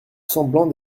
semblant